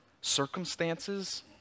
circumstances